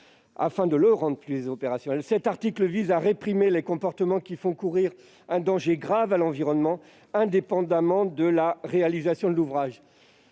rendre le dispositif plus opérationnel. Cet article réprime les comportements qui font courir un danger grave à l'environnement, indépendamment de la réalisation du dommage.